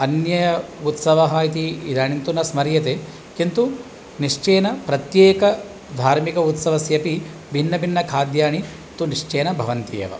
अन्य उत्सवः इति इदानीं तु न स्मर्यते किन्तु निश्चयेन प्रत्येकः धार्मिकः उत्सवस्यऽपि भिन्न भिन्न खाद्यानि तु निश्चयेन भवन्त्येव